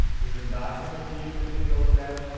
different documents that you can take a look at.